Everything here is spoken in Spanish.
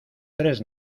tres